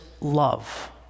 love